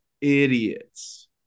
idiots